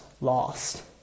lost